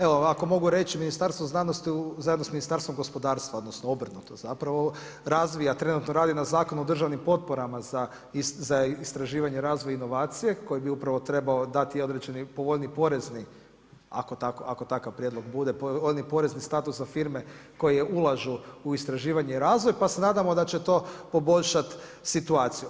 Evo, ako mogu reći Ministarstvo znanosti zajedno s Ministarstvom gospodarstva, odnosno obrnuto zapravo razvija i trenutno radi na Zakonu o državnim potporama za istraživanje, razvoj i inovacije koji bi upravo trebao dati određeni povoljniji porezni ako takav prijedlog bude porezni status za firme koje ulažu u istraživanje i razvoj pa se nadamo da će to poboljšati situaciju.